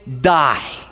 die